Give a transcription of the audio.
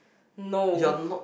no